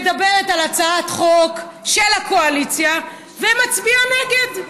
מדברת על הצעת חוק של הקואליציה ומצביעה נגד,